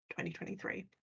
2023